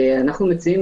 אנחנו מציעים